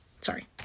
Sorry